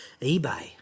eBay